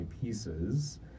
pieces